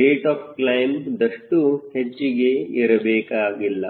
rate of ಕ್ಲೈಮ್ದಷ್ಟು ಹೆಚ್ಚಿಗೆ ಇರಬೇಕಾಗಿಲ್ಲ